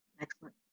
Excellent